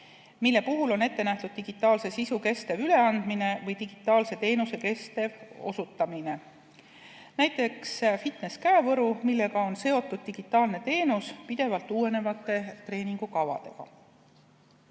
mille puhul on ette nähtud digitaalse sisu kestev üleandmine või digitaalse teenuse kestev osutamine. Näiteks võib tuuafitness-käevõru, millega on seotud digitaalne teenus pidevalt uuenevate treeningukavadega.